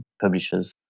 publishers